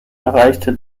erreichte